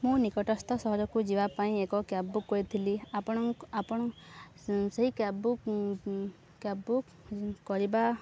ମୁଁ ନିକଟସ୍ଥ ସହରକୁ ଯିବା ପାଇଁ ଏକ କ୍ୟାବ୍ ବୁକ୍ କରିଥିଲି ଆପଣଙ୍କ ଆପଣ ସେଇ କ୍ୟାବ୍ ବୁକ୍ କ୍ୟାବ୍ ବୁକ୍ କରିବା